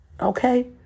Okay